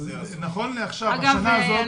אגב,